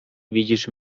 widzisz